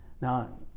Now